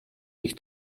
ich